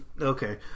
okay